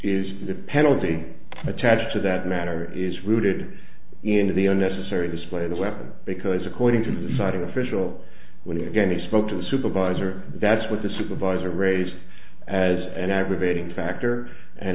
is the penalty attached to that matter is rooted into the unnecessary display the weapon because according to the cited official when again he spoke to the supervisor that's what the supervisor raised as an aggravating factor and